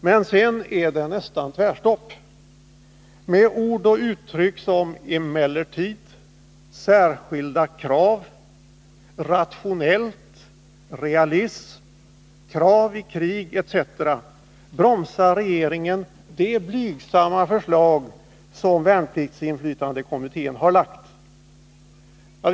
Men sedan är det nästan tvärstopp. Med ord och uttryck som ”emellertid”, ”särskilda krav”, ”rationellt”, ”realism”, ”krav i krig” etc. bromsar regeringen de blygsamma förslag som värnpliktsinflytandekommittén har lagt fram.